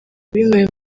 bimuwe